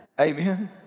Amen